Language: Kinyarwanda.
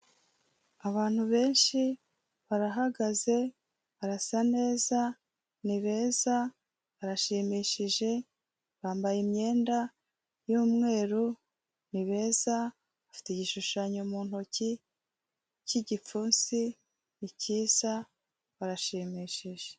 Abantu benshi barahagaze, barasa neza, ni beza, barashimishije, bambaye imyenda y'umweru, ni beza, bafite igishushanyo mu ntoki cy'igipfunsi, ni cyiza, barashimishije.